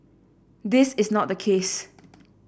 this is not the case